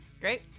Great